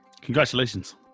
Congratulations